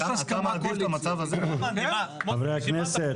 חברי הכנסת.